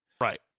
Right